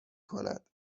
کند